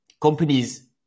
Companies